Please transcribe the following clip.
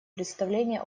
представление